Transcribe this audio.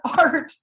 art